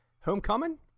Homecoming